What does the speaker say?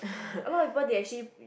a lot people they actually